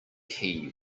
key